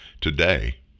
today